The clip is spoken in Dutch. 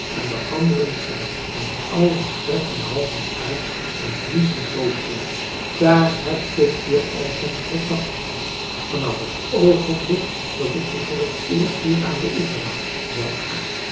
en de anderen nog verder en allen strekten de halzen uit en bliezen boos tegen hem daar heb ik je al van verdacht van af t oogenblik dat ik je voor t eerst hier aan den oever zag zei akka